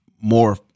more